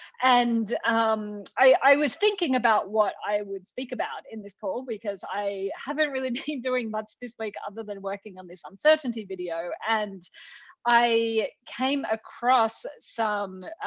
and um i was thinking about what i would speak about in this call, because i haven't really been doing much this week other than working on this uncertainty video. and i came across some